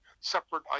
separate